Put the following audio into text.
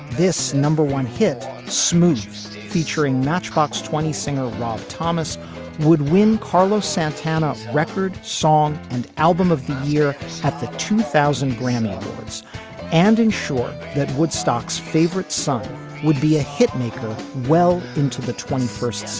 this number one hit smooth featuring matchbox twenty singer rob thomas woodwind carlos santana record song and album of the year at the two thousand grammy awards and ensure that woodstock favorite son would be a hit maker well into the twenty first